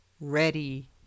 ready